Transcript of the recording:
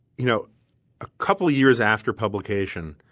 you know a couple of years after publication,